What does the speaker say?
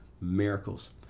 miracles